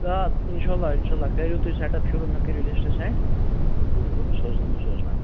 آ اِنشاء اللہ اِنشاء اللہ کٔرِو تُہۍ سٮ۪ٹَپ شُروٗع مےٚ کٔرِو لِسٹ سٮ۪نٛڈ بہٕ بہٕ سوزنہٕ بہٕ سوزناو